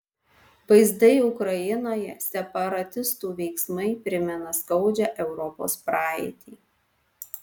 vaizdai ukrainoje separatistų veiksmai primena skaudžią europos praeitį